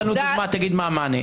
נתנו דוגמה, תגיד מה המענה.